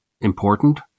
important